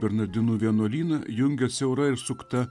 bernardinų vienuolyną jungia siaura ir sukta